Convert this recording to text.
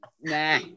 Nah